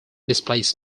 displays